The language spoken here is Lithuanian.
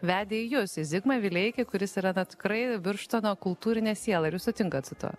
vedė į jus į zigmą vileikį kuris yra na tikrai birštono kultūrinė siela ar jūs sutinkat su tuo